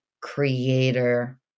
creator